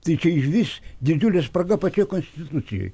tai čia išvis didžiulė spraga pačioj konstitucijoj